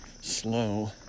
slow